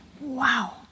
Wow